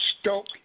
stoke